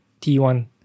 T1